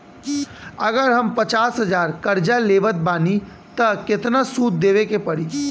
अगर हम पचास हज़ार कर्जा लेवत बानी त केतना सूद देवे के पड़ी?